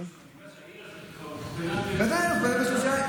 העיר הזאת, בוודאי.